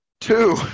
Two